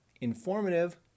informative